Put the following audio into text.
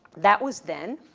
that was then,